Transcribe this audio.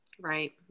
Right